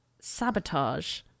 Sabotage